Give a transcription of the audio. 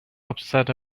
upset